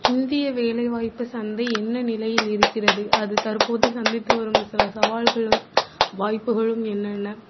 இந்திய வேலை வாய்ப்பு சந்தை என்ன நிலையில் இருக்கிறது அது தற்போது சந்தித்து வரும் சில சவால்களும் வாய்ப்புகளும் என்னென்ன